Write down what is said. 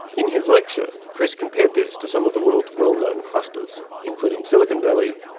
in his lecture chris compared this to some of the world's well-known clusters, including silicon valley,